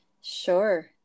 Sure